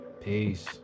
peace